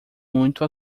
muito